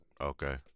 Okay